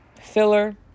filler